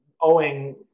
owing